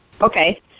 Okay